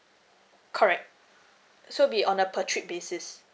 correct so it'll be on a per trip basis